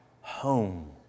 home